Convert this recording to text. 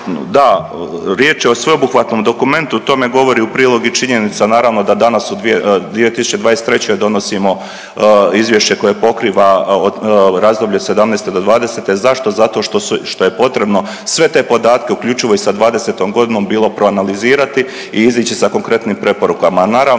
Da, riječ je o sveobuhvatnom dokumentu tome govori u prilog i činjenica naravno da danas u 2023. donosimo izvješće koje pokriva razdoblje od '17.-'20. Zašto? Zato što je potrebno sve te podatke uključivo i sa '20. godinom bilo proanalizirati i izići sa konkretnim preporukama.